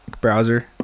Browser